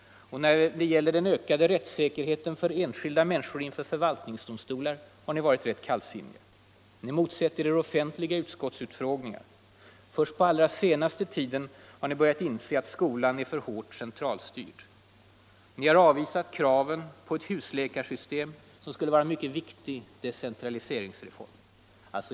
När det gäller den ökade säkerheten för enskilda människor inför förvaltningsdomstolar har ni varit rätt kallsinniga. Ni motsätter er offentliga utskottsutfrågningar. Först på allra senaste tiden har ni börjat inse att skolan är för hårt centralstyrd: Ni har avvisat kraven på ett husläkarsystem som skulle vara en mycket viktig decentraliseringsreform.